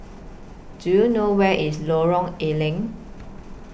Do YOU know Where IS Lorong A Leng